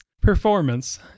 performance